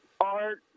Art